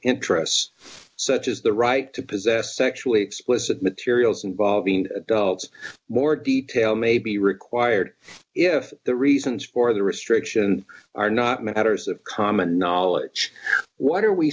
interests such as the right to possess sexually explicit materials involving more detail may be required if the reasons for the restriction are not matters of common knowledge what are we